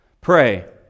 Pray